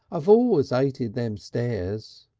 i've always ated them stairs.